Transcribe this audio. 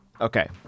Okay